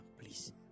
Please